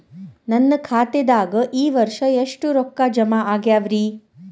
ನನ್ನ ಖಾತೆದಾಗ ಈ ವರ್ಷ ಎಷ್ಟು ರೊಕ್ಕ ಜಮಾ ಆಗ್ಯಾವರಿ?